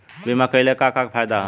बीमा कइले का का फायदा ह?